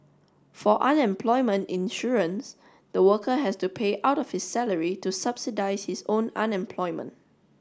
for unemployment insurance the worker has to pay out of his salary to subsidise his own unemployment